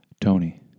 Tony